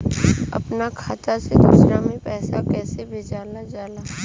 अपना खाता से दूसरा में पैसा कईसे भेजल जाला?